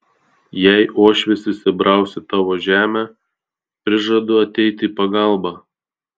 jei uošvis įsibraus į tavo žemę prižadu ateiti į pagalbą